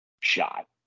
shot